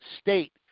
state